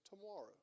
tomorrow